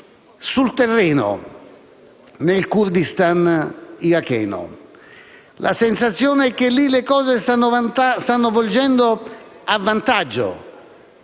sul terreno nel Kurdistan iracheno. La sensazione è che lì le cose stiano volgendo a vantaggio